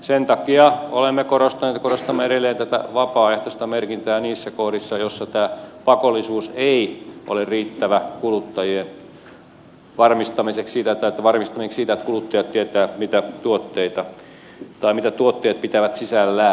sen takia olemme korostaneet ja korostamme edelleen tätä vapaaehtoista merkintää niissä kohdissa joissa tämä pakollisuus ei ole riittävä kuluttajien varmistamiseksi siitä että kuluttajat tietävät mitä tuotteet pitävät sisällään